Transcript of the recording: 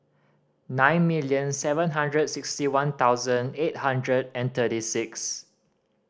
nine million seven hundred sixty one thousand eight hundred and thirty six